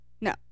No